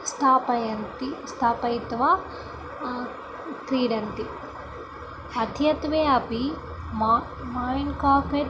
स्थापयन्ति स्थापयित्वा क्रीडन्ति अद्यत्वे अपि मा माण्ड् कापेट्